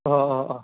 अह अह अह